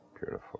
Beautiful